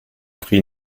prix